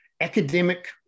academic